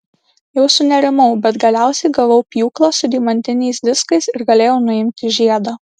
jau sunerimau bet galiausiai gavau pjūklą su deimantiniais diskais ir galėjau nuimti žiedą